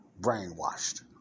brainwashed